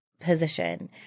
Position